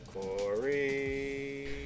Corey